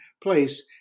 place